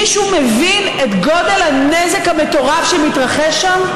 מישהו מבין את גודל הנזק המטורף שמתרחש שם?